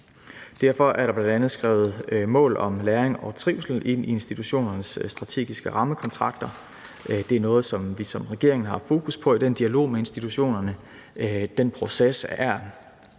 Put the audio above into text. Derfor er der bl.a. skrevet mål om læring og trivsel ind i institutionernes strategiske rammekontrakter. Det er noget, som vi som regering har haft fokus på i den dialog med institutionerne. Den proces med